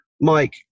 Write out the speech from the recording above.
Mike